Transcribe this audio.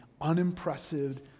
unimpressive